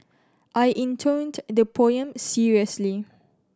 I intoned the poem seriously